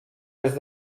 jest